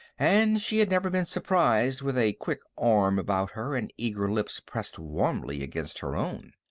and she had never been surprised with a quick arm about her and eager lips pressed warmly against her own.